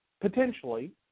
potentially